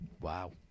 Wow